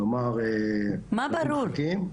מה ברור?